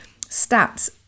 stats